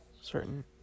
certain